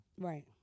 Right